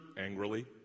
Angrily